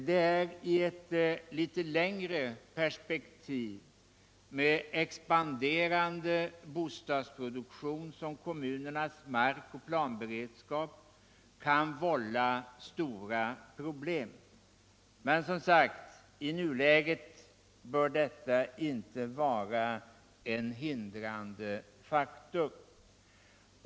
Det är i eu lite längre perspektiv med expanderande bostadsproduktion som kommunernas markoch planberedskap kan vålla stora problem. Men, som sagt, i nuläget bör detta inte vara en hindrande faktor.